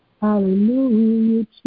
Hallelujah